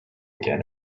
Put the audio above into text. again